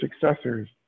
successors